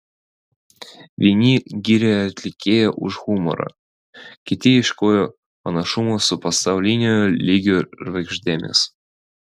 vieni gyrė atlikėją už humorą kiti ieškojo panašumų su pasaulinio lygio žvaigždėmis